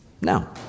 Now